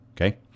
okay